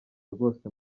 rwose